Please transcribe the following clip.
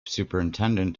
superintendent